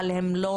אבל הם לא